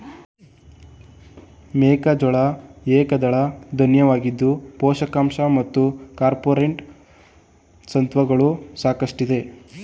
ಮೆಕ್ಕೆಜೋಳ ಏಕದಳ ಧಾನ್ಯವಾಗಿದ್ದು ಪೋಷಕಾಂಶ ಮತ್ತು ಕಾರ್ಪೋರೇಟ್ ಸತ್ವಗಳು ಸಾಕಷ್ಟಿದೆ